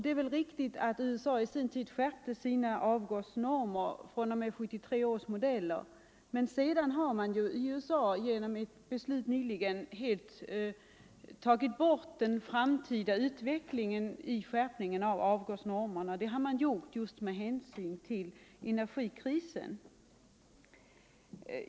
Det är väl riktigt att man i USA i princip skärpte sina avgasnormer fr.o.m. 1973 års modeller, men sedan har man genom ett beslut nyligen tagit bort vad som tidigare sades om den framtida utvecklingen och skärpningen av avgasnormerna. Och det har man gjort just med hänsyn till energikrisen.